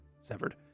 severed